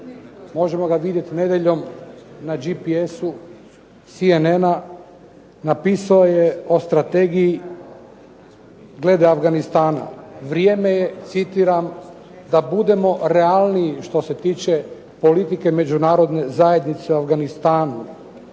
Možemo ga vidjeti nedjeljom na GPS-u CCN-a. Napisao je strategiji glede Afganistana "Vrijeme je" citiram "da budemo realniji što se tiče politike Međunarodne zajednice u Afganistanu.